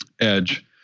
edge